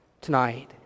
tonight